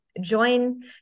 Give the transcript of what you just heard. join